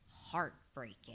heartbreaking